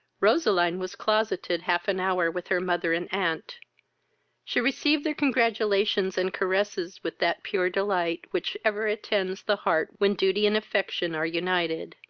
roseline was closeted half an hour with her mother and aunt she received their congratulations and caresses with that pure delight which ever attends the heart when duty and affection are united.